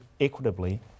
equitably